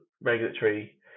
regulatory